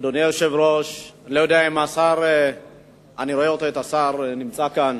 היושב-ראש, אני רואה שהשר נמצא כאן.